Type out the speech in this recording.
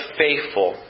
faithful